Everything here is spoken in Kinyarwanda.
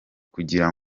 kugira